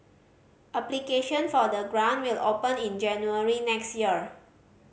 application for the grant will open in January next year